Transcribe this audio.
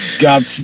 God